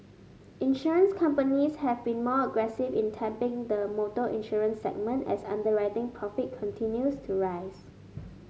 insurance companies have been more aggressive in tapping the motor insurance segment as underwriting profit continues to rise